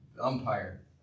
Umpire